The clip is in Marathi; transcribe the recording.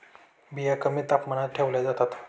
बिया कमी तापमानात ठेवल्या जातात